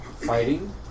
fighting